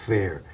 Fair